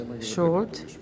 short